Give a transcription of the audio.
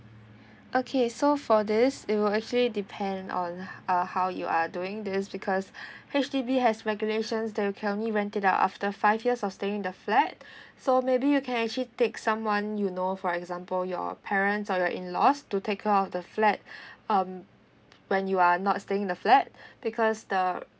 okay so for this it will actually depend on uh how you are doing this because H_D_B has regulations that you can only rent it out after five years or staying in the flat so maybe you can actually take someone you know for example your parents or your in laws to take care of the flat um when you are not staying the flat because the